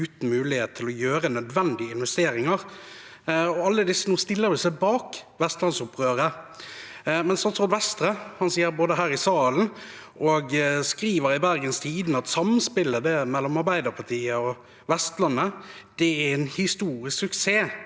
uten mulighet til å gjøre nødvendige investeringer. Alle disse stiller seg nå bak vestlandsopprøret. Statsråd Vestre både sier her i salen og skriver i Bergens Tidende at samspillet mellom Arbeiderpartiet og Vestlandet er en historisk suksess.